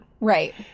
Right